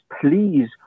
please